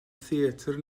theatr